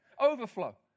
overflow